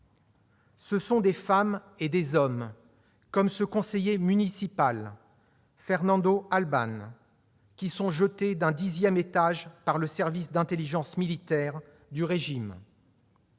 Il s'agit de femmes et d'hommes comme ce conseiller municipal, Fernando Albán, jeté d'un dixième étage par le service d'intelligence militaire du régime.